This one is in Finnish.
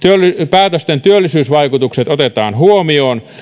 päätösten työllisyysvaikutukset otetaan huomioon